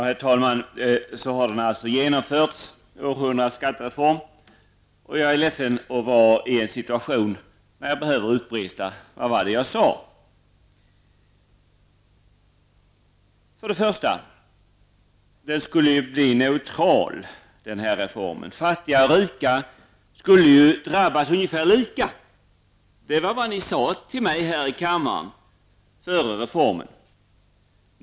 Herr talman! Så har den alltså genomförts, århundradets skattereform. Och jag är ledsen att vara i en situation då jag måste utbrista: Vad var det jag sade? För det första skulle reformen bli neutral. Fattiga och rika skulle drabbas ungefär lika. Det var vad ni sade till mig här i kammaren före reformen.